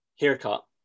haircut